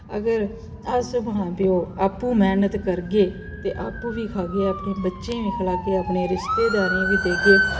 अगर अस मां प्यो आपूं मैह्नत करगे ते आपूं बी खागै अपने बच्चें गी बी खलागे अपने रिश्तेदारें गी बी देगे